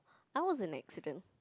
I was an accident